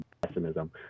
pessimism